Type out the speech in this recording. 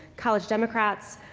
college democrats,